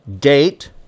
date